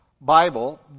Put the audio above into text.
Bible